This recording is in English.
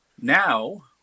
now